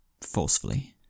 forcefully